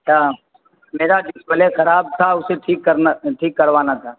اچھا میرا ڈسپلے کھراب تھا اسے ٹھیک کرنا ٹھیک کروانا تھا